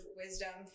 wisdom